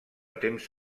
temps